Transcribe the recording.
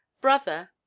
Brother